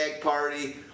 Party